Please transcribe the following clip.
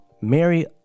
Mary